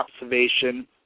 observation